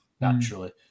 Naturally